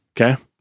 Okay